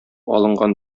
алынган